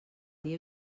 dia